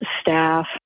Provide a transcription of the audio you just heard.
staff